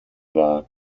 war